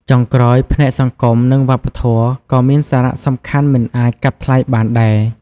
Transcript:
ចុងក្រោយ ផ្នែកសង្គម និងវប្បធម៌ ក៏មានសារៈសំខាន់មិនអាចកាត់ថ្លៃបានដែរ។